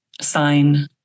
sign